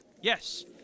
Yes